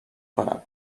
کنم